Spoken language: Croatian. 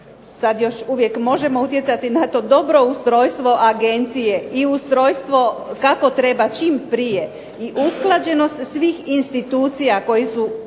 sad, još uvijek možemo utjecati na to, dobro ustrojstvo agencije i ustrojstvo kako treba čim prije i usklađenost svih institucija koje su u